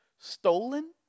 Stolen